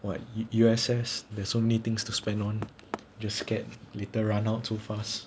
what U_S_S there's only things to spend on just scared little run out too fast